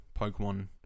Pokemon